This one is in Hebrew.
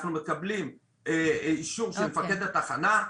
אנחנו מקבלים אישור של מפקד התחנה,